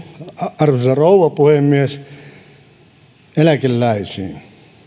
arvoisa rouva puhemies eläkeläisiin